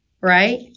right